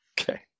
Okay